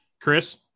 chris